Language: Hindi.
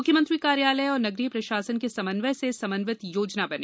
मुख्यमंत्री कार्यालय और नगरीय प्रशासन के समन्वय से समन्वित योजना बने